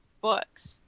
books